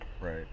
right